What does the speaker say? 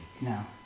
no